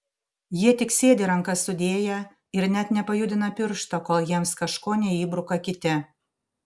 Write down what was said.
jie tik sėdi rankas sudėję ir net nepajudina piršto kol jiems kažko neįbruka kiti